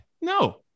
no